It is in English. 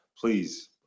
please